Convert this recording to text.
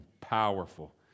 powerful